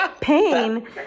pain